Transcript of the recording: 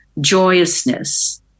joyousness